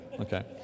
Okay